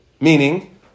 Meaning